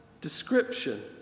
description